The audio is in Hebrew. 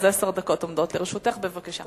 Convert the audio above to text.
אז עשר דקות עומדות לרשותך, בבקשה.